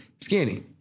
skinny